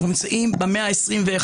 אנחנו נמצאים במאה ה-21,